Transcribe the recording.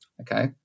Okay